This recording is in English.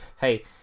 hey